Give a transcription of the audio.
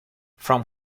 from